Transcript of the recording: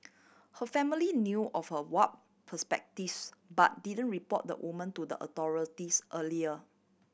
her family knew of her warp perspectives but didn't report the woman to the authorities earlier